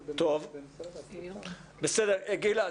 גילה,